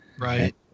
Right